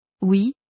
Oui